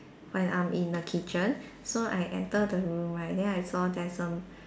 when I'm in the kitchen so I enter the room right then I saw there's a